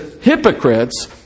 hypocrites